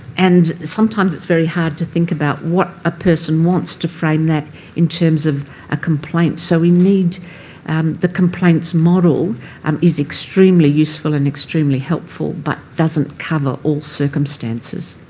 and sometimes it's very hard to think about what a person wants to frame that in terms of a complaint. so we need the complaints model um is extremely useful and extremely helpful but doesn't cover all circumstances.